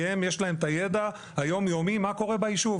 כי הם יש להם את הידע היום יומי מה קורה ביישוב.